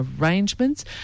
arrangements